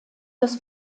des